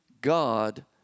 God